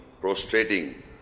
prostrating